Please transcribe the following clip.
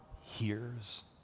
hears